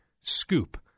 scoop